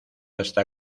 está